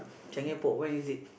changi Airport where is it